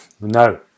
No